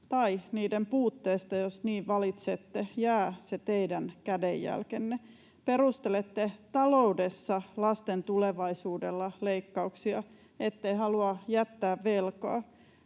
tai niiden puutteesta, jos niin valitsette — jää se teidän kädenjälkenne. Perustelette leikkauksia taloudessa lasten tulevaisuudella. Ette halua jättää velkaa,